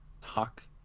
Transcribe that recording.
talk